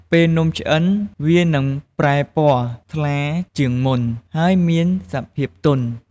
ពេលនំឆ្អិន វានឹងប្រែពណ៌ថ្លាជាងមុន ហើយមានសភាពទន់។